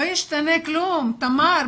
לא ישתנה כלום, תמר.